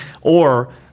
or-